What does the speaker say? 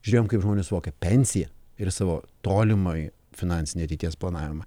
žiūrėjom kaip žmonės suvokia pensiją ir savo tolimąjį finansinį ateities planavimą